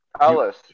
Alice